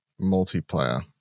multiplayer